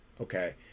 okay